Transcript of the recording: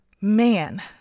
man